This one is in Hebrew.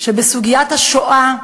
שבסוגיית השואה,